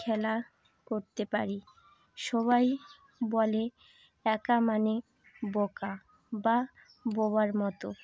খেলা করতে পারি সবাই বলে একা মানে বোকা বা বোবার মতো